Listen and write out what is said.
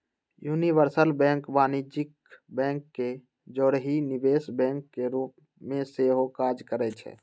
universal bank वाणिज्यिक bank के जौरही निवेश बैंक के रूप में सेहो काज करइ छै